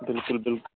بالکل بالکل